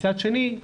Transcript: מצד שני,